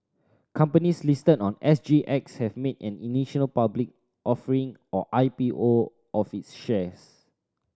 companies listed on S G X have made an initial public offering or I P O of its shares